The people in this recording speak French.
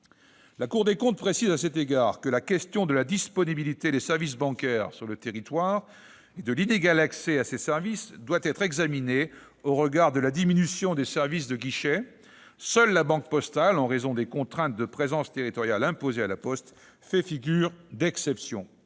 la Cour des comptes selon laquelle « la question de la disponibilité des services bancaires sur le territoire et de l'inégal accès à ces services doit être examinée au regard de la diminution des services de guichet. [...] Seule La Banque postale, en raison des contraintes de présence territoriale imposées à La Poste, fait figure d'exception